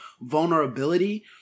vulnerability